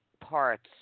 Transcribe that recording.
parts